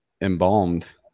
embalmed